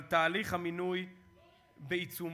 אבל תהליך המינוי בעיצומו.